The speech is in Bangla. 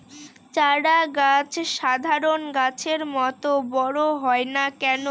চারা গাছ সাধারণ গাছের মত বড় হয় না কেনো?